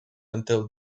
until